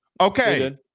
Okay